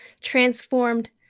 transformed